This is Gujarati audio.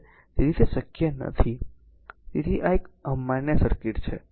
તેથી તે શક્ય નથી તેથી આ એક અમાન્ય સર્કિટ છે